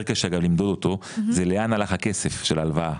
קשה למדוד אותו - לאן הלך הכסף של ההלוואה.